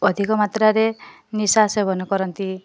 ଅଧିକ ମାତ୍ରାରେ ନିଶା ସେବନ କରନ୍ତି